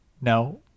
no